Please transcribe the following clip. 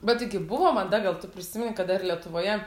bet tai gi buvo mada gal tu prisimeni kada ir lietuvoje